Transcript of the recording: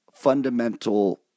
fundamental